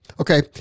Okay